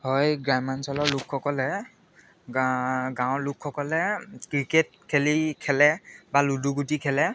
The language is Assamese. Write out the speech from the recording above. হয় গ্ৰামাঞ্চলৰ লোকসকলে গাঁৱৰ লোকসকলে ক্ৰিকেট খেলি খেলে বা লুডু গুটি খেলে